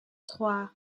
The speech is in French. trois